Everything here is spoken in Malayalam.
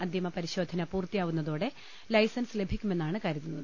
അന്തിമ പരി ശോധന പൂർത്തിയാവുന്നതോടെ ലൈസൻസ് ലഭിക്കു മെന്നാണ് കരുതുന്നത്